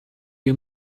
you